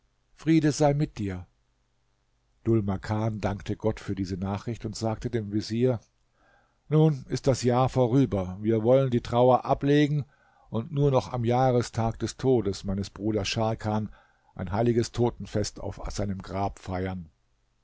friede sei mit dir dhul makan dankte gott für diese nachricht und sagte dem vezier nun ist das jahr vorüber wir wollen die trauer ablegen und nur noch am jahrestag des todes meines bruders scharkan ein heiliges totenfest auf seinem grab feiern